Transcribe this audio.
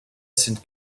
sind